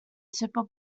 super